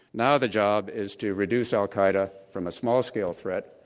now the job is to reduce al-qaeda from a small-scale threat,